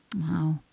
Wow